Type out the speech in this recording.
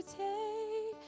take